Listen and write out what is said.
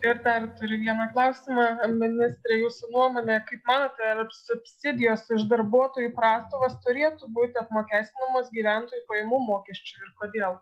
ir dar turiu vieną klausimą ministre jūsų nuomone kaip manote ar subsidijos už darbuotojų prastovas turėtų būti apmokestinamos gyventojų pajamų mokesčiu ir kodėl